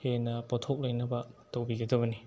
ꯍꯦꯟꯅ ꯄꯣꯠꯊꯣꯛ ꯂꯩꯅꯕ ꯇꯧꯕꯤꯒꯗꯕꯅꯤ